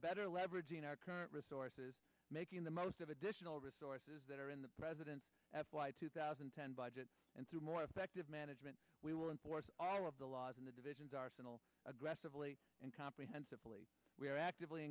better leveraging our current resources making the most of additional resources that are in the president's f y two thousand and ten budget and through more effective management we will enforce all of the laws in the divisions arsenal aggressively and comprehensively we are actively